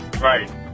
Right